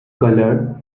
color